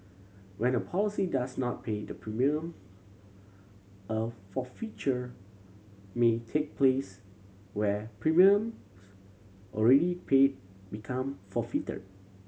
when a policy does not pay the premium a forfeiture may take place where premiums already paid become forfeited